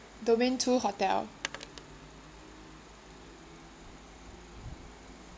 domain two hotel